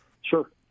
Sure